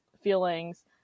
feelings